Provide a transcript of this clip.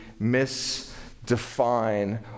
misdefine